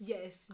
Yes